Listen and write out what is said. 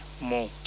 more